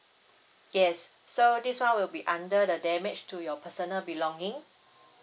yes so this one will be under the damage to your personal belonging